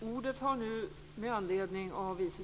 Fru talman!